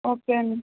okay అండి